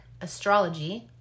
astrology